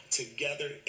together